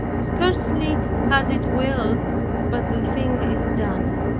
scarcely has it willed but the thing is done.